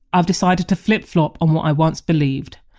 i've decided to flip flop on what i once believed,